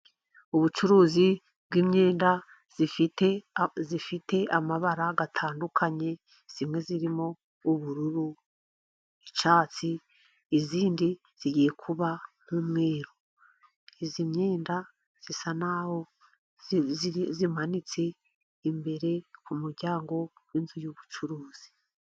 Ubucuruzi bw'imyenda, ifite ifite amabara atandukanye, imwe irimo ubururu, icyatsi , indi igiye kuba nk'umweru. Iyi myenda isa n'aho imanitse imbere ku muryango w'inzu y'ubucuruzi.